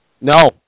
No